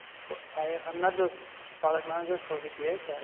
so i'm not the product manager for v p eight,